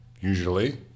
usually